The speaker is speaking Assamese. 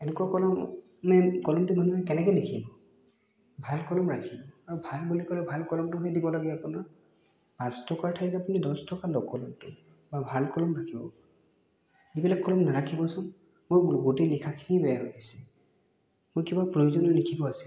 এনেকুৱা কলমে কলমটোৱে মানুহে কেনেকৈ লিখিব ভাল কলম ৰাখিব আৰু ভাল বুলি ক'লে ভাল কলমটোহে দিব লাগে আপোনাৰ পাঁচ টকাৰ ঠাইত আপুনি দহ টকা লওক কলমটো আৰু ভাল কলম ৰাখিব এইবিলাক কলম নাৰাখিবচোন মোৰ গোটেই লিখাখিনি বেয়া হৈ গৈছে মোৰ কিবা প্ৰয়োজনীয় লিখিব আছিল